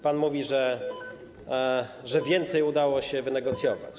Pan mówi, że więcej udało się wynegocjować.